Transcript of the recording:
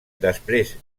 després